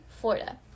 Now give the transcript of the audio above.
Florida